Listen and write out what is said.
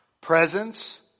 Presence